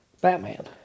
Batman